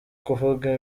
kuvuga